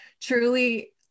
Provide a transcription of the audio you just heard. truly